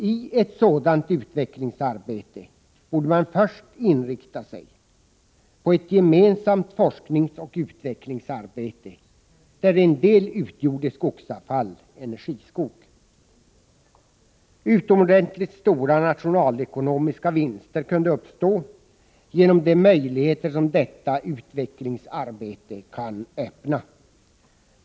I ett sådant utvecklingsarbete borde man först inrikta sig på ett gemensamt forskningsoch utvecklingsarbete, där en del utgjorde skogsavfall — energiskog. Utomordentligt stora nationalekonomiska vinster kunde uppstå genom de möjligheter som detta utvecklingsarbete kan öppna.